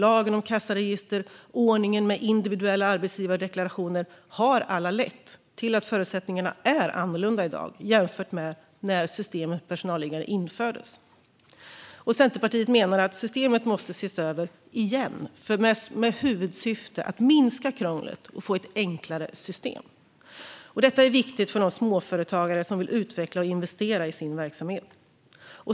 Lagen om kassaregister och ordningen med individuella arbetsgivardeklarationer har båda lett till att förutsättningarna är annorlunda i dag jämfört med när systemet med personalliggare infördes. Centerpartiet menar att systemet måste ses över igen med huvudsyfte att minska krånglet och få ett enklare system. Detta är viktigt för de småföretagare som vill utveckla och investera i sin verksamhet.